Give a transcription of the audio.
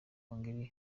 hongiriya